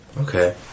Okay